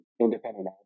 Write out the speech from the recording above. independent